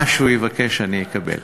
מה שהוא יבקש אני אקבל.